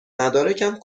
مدارکم